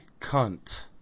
Cunt